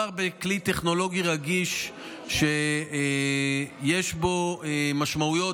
מדובר בכלי טכנולוגי רגיש שיש בו משמעויות